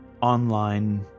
online